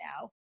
now